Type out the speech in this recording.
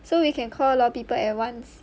so we can call a lot of people at once